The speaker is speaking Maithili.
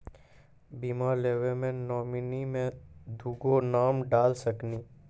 बीमा लेवे मे नॉमिनी मे दुगो नाम डाल सकनी?